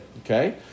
Okay